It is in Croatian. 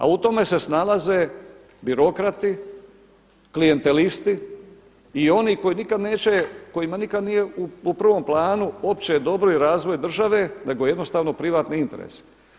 A u tome se snalaze birokrati, klijentelisti i oni koji nikad neće, kojima nikad nije u prvom planu opće dobro i razvoj države, nego jednostavno privatni interes.